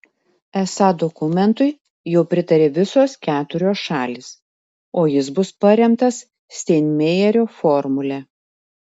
esą dokumentui jau pritarė visos keturios šalys o jis bus paremtas steinmeierio formule